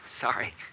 Sorry